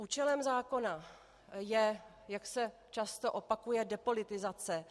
Účelem zákona je, jak se často opakuje, depolitizace.